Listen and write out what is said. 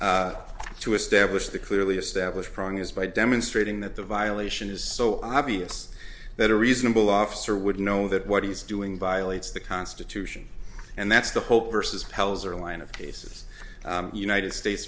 way to establish the clearly established prong is by demonstrating that the violation is so obvious that a reasonable officer would know the what he's doing violates the constitution and that's the hope vs pelzer line of cases united states